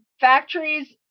factories